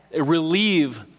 relieve